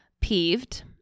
peeved